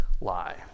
lie